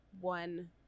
one